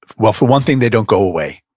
well, for one thing, they don't go away.